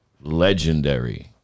legendary